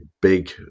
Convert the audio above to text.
big